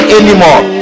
anymore